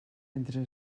entre